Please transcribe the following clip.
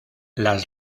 las